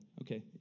Okay